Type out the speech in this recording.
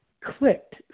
clicked